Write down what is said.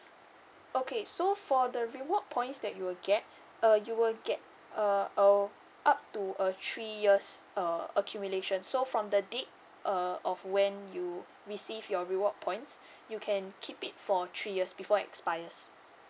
okay so for the reward points that you will get uh you will get uh uh up to a three years uh accumulation so from the date uh of when you receive your reward points you can keep it for three years before expires